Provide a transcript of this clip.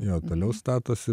jo toliau statosi